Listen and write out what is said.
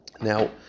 Now